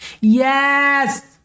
Yes